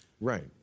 Right